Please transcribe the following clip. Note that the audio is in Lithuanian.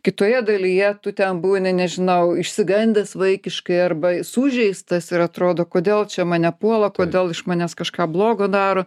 kitoje dalyje tu ten būni nežinau išsigandęs vaikiškai arba sužeistas ir atrodo kodėl čia mane puola kodėl iš manęs kažką blogo daro